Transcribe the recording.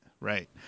right